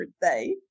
birthday